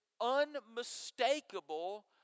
unmistakable